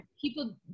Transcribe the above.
people